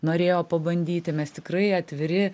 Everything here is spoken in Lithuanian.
norėjo pabandyti mes tikrai atviri